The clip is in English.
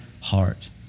heart